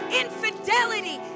infidelity